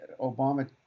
Obama